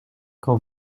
quand